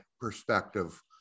perspective